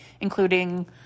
including